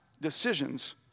decisions